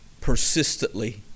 persistently